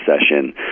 session